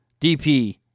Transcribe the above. DP